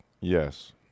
Yes